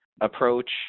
approach